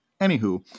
Anywho